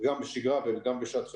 גם בשגרה וגם בשעת חירום.